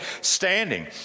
standing